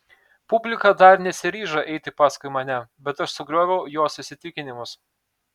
publika dar nesiryžo eiti paskui mane bet aš sugrioviau jos įsitikinimus